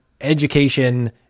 education